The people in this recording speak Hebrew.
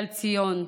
על ציון.